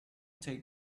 take